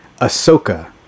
Ahsoka